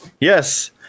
Yes